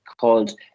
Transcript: called